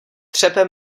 třepe